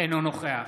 אינו נוכח